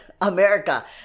America